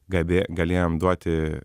galėjom duoti